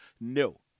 no